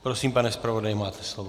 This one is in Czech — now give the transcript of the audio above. Prosím, pane zpravodaji, máte slovo.